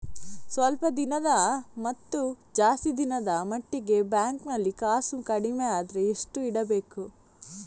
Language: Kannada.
ಸ್ವಲ್ಪ ದಿನದ ಮತ್ತು ಜಾಸ್ತಿ ದಿನದ ಮಟ್ಟಿಗೆ ಬ್ಯಾಂಕ್ ನಲ್ಲಿ ಕಾಸು ಕಡಿಮೆ ಅಂದ್ರೆ ಎಷ್ಟು ಇಡಬೇಕು?